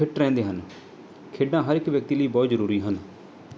fit ਰਹਿੰਦੇ ਹਨ ਖੇਡਾਂ ਹਰ ਇੱਕ ਵਿਅਕਤੀ ਲਈ ਬਹੁਤ ਜ਼ਰੂਰੀ ਹਨ